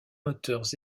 moteurs